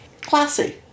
Classy